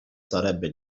sarebbe